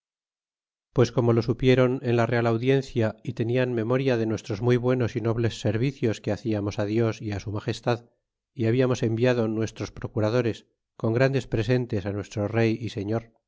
pues como lo supieron en la real audiencia y tenian memoria de nuestros muy buenos y nobles servicios que haciamos á dios y su magestad y habiamos enviado nuestros procuradores con grandes presentes nuestro rey y señor